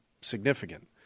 significant